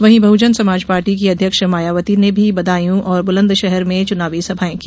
वहीं बहुजनसमाज पार्टी की अध्यक्ष मायावती ने भी बदायूं और बुलंदशहर में चुनावी सभाएं की